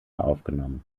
aufgenommen